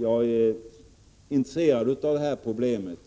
Jag är intresserad av att studera det här problemet,